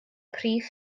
prif